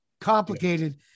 complicated